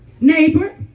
neighbor